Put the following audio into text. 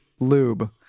lube